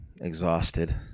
exhausted